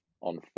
on